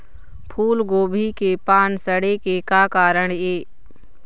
फूलगोभी के पान सड़े के का कारण ये?